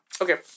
okay